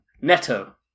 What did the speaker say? Neto